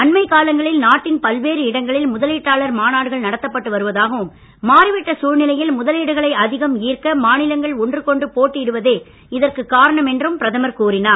அண்மைக் காலங்களில் நாட்டின் பல்வேறு இடங்களில் முதலீட்டாளர் மாநாடுகள் நடத்தப்பட்டு வருவதாகவும் மாறிவிட்ட சூழ்நிலையில் முதலீடுகளை அதிகம் ஈர்க்க மாநிலங்கள் ஒன்றுக்கொன்று போட்டியிடுவதே இதற்கு காரணம் என்றும் பிரதமர் கூறினார்